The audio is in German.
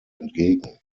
entgegen